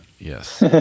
Yes